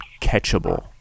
catchable